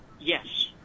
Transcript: Yes